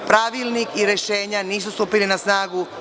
Pravilnik i rešenja nisu stupili na snagu.